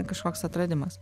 kažkoks atradimas